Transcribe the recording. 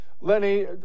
Lenny